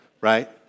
Right